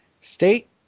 state